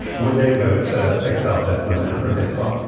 would they vote to expel jeff luna from baseball